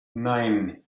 nine